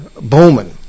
Bowman